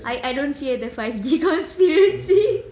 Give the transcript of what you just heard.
I I don't fear the five G conspiracy